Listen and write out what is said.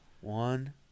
One